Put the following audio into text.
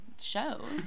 shows